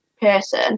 person